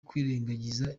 kwirengangiza